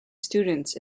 students